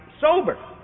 sober